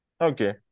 Okay